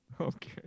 Okay